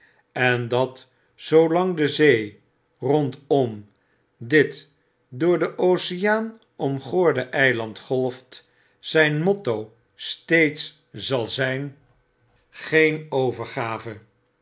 en dat zoolang de zee rondom dit door den oceaan omgorde eiland golft zyn motto steeds zal zyn geen overgave